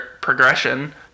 progression